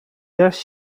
jaś